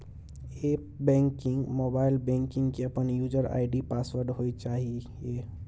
app banking, mobile banking के अपन user ID password होय चाहिए